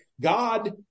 God